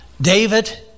David